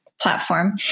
platform